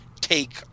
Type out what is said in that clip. take